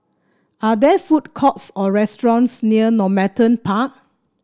are there food courts or restaurants near Normanton Park